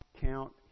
count